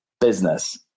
business